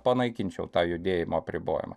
panaikinčiau tą judėjimo apribojimą